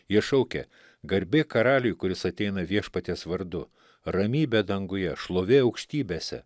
jie šaukė garbė karaliui kuris ateina viešpaties vardu ramybė danguje šlovė aukštybėse